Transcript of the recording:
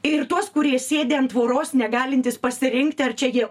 ir tuos kurie sėdi an tvoros negalintys pasirinkti ar čia jie